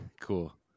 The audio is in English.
cool